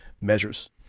measures